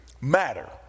matter